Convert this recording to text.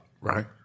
Right